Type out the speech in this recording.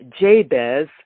Jabez